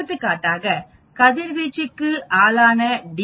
எடுத்துக்காட்டாக கதிர்வீச்சுக்கு ஆளான டி